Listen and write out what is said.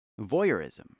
Voyeurism